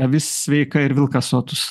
avis sveika ir vilkas sotus